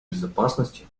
безопасности